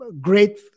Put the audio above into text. great